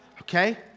Okay